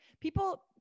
people